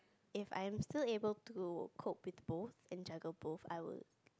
if I'm still able to cope with both and juggle both I will